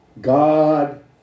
God